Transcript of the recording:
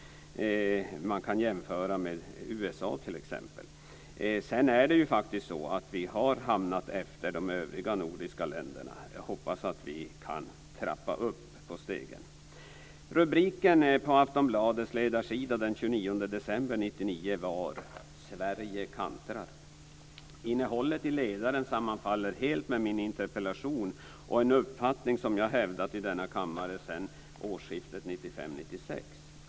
Man kan jämföra med USA t.ex. Sedan har vi faktiskt hamnat efter de övriga nordiska länderna. Jag hoppas att vi kan klättra upp på stegen. 29 december 1999 var: Sverige kantrar. Innehållet i ledaren sammanfaller helt med min interpellation och en uppfattning som jag har hävdat i denna kammaren sedan årsskiftet 1995/1996.